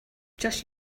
just